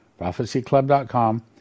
prophecyclub.com